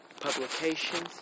publications